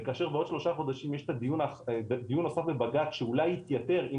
וכאשר בעוד שלושה חודשים יש דיון נוסף בבג"ץ שאולי יתייתר אם